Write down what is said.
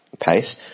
pace